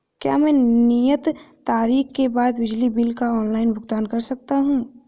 क्या मैं नियत तारीख के बाद बिजली बिल का ऑनलाइन भुगतान कर सकता हूं?